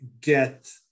get